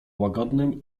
łagodnym